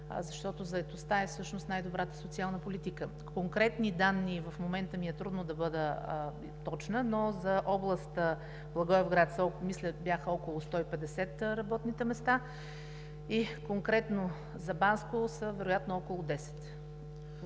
защото заетостта е всъщност най-добрата социална политика. С конкретни данни в момента ми е трудно да бъда точна, но за област Благоевград, мисля, бяха около 150 работните места и конкретно за Банско вероятно са около 10.